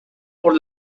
por